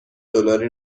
دلاری